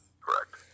correct